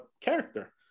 character